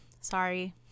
sorry